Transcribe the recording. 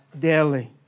daily